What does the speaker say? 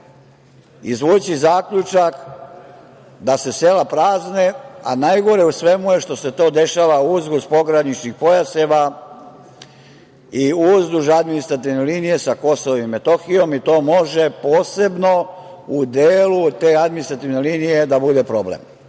izvući zaključak da se sela prazne, a najgore u svemu je što se to dešava uz pogranične pojaseve i uz administrativne linije sa KiM. To može posebno u delu te administrativne linije da bude problem.